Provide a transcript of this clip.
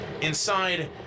Inside